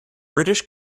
british